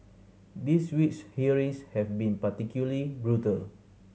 this week's hearings have been particularly brutal